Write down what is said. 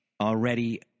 already